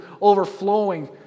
overflowing